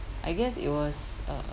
I guess it was uh